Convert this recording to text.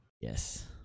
Yes